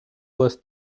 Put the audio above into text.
was